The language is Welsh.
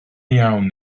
iawn